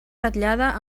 ratllada